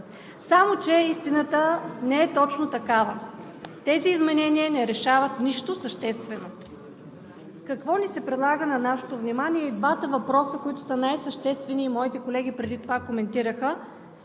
Само че истината не е точно такава – тези изменения не решават нищо съществено. Какво се предлага на нашето внимание? Двата въпроса, които са най-съществени и моите колеги преди това коментираха,